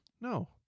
No